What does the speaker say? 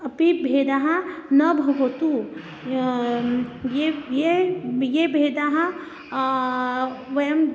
अपि भेदः न भवति ये ये ये भेदाः वयम्